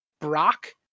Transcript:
Brock